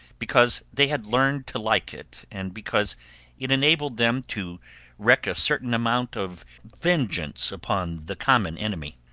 because they had learned to like it, and because it enabled them to wreak a certain amount of vengeance upon the common enemy.